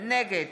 נגד